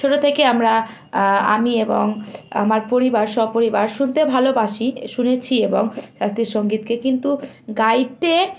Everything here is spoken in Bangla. ছোটো থেকে আমরা আমি এবং আমার পরিবার সপরিবার শুনতে ভালোবাসি শুনেছি এবং শাস্ত্রীয় সঙ্গীতকে কিন্তু গাইতে